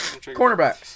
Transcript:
Cornerbacks